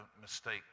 mistake